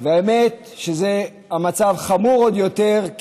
והאמת שהמצב חמור עוד יותר,